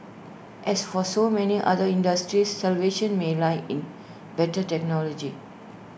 as for so many other industries salvation may lie in better technology